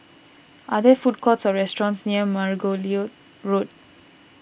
are there food courts or restaurants near Margoliouth Road